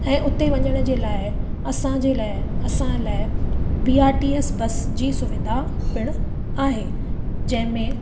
ऐं उते वञण जे लाइ असांजे लाइ असां लाइ B R T S bus जी सुविधा पिणु आहे जंहिंमें